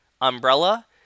umbrella